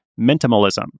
minimalism